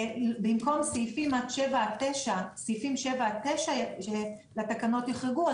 במקום סעיפים 9-7 לתקנות יוחרגו,